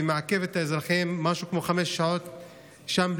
ומעכב את האזרחים משהו כמו חמש שעות שם,